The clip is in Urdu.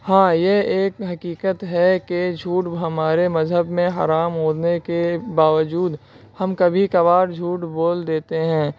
ہاں یہ ایک حقیقت ہے کہ جھوٹ ہمارے مذہب میں حرام ہونے کے باوجود ہم کبھی کبھار جھوٹ بول دیتے ہیں